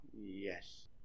Yes